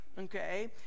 okay